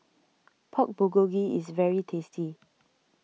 Pork Bulgogi is very tasty